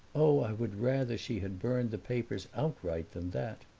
oh, i would rather she had burned the papers outright than that!